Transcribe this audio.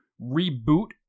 reboot